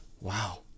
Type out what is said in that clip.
Wow